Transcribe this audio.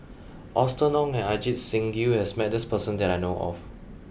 Austen Ong and Ajit Singh Gill has met this person that I know of